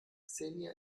xenia